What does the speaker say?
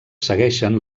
segueixen